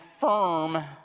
firm